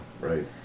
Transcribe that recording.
Right